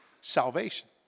salvation